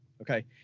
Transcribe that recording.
Okay